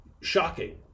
shocking